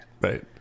Right